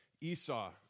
Esau